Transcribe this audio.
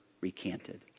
recanted